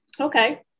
Okay